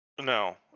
No